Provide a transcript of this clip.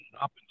up